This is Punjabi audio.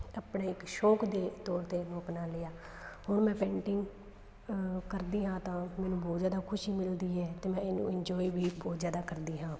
ਆਪਣੇ ਇੱਕ ਸ਼ੌਕ ਦੇ ਤੌਰ 'ਤੇ ਇਹਨੂੰ ਅਪਣਾ ਲਿਆ ਹੁਣ ਮੈਂ ਪੇਂਟਿੰਗ ਕਰਦੀ ਹਾਂ ਤਾਂ ਮੈਨੂੰ ਬਹੁਤ ਜ਼ਿਆਦਾ ਖੁਸ਼ੀ ਮਿਲਦੀ ਹੈ ਅਤੇ ਮੈਂ ਇਹਨੂੰ ਇੰਜੋਏ ਵੀ ਬਹੁਤ ਜ਼ਿਆਦਾ ਕਰਦੀ ਹਾਂ